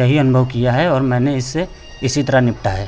यही अनुभव किया है और मैंने इससे इसी तरह निपटा है